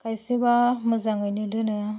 खायसेबा मोजाङैनो दोनो